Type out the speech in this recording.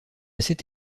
cette